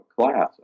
class